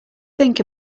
think